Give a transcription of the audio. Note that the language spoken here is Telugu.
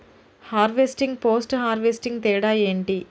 హార్వెస్టింగ్, పోస్ట్ హార్వెస్టింగ్ తేడా ఏంటి?